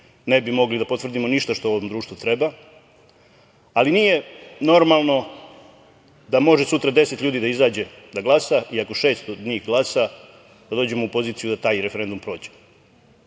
ne bi mogli da potvrdimo ništa što ovom društvu treba, ali nije normalno da može sutra deset ljudi da izađe da glasa i ako šest od njih glasa da dođemo u poziciju da taj referendum prođe. Dakle,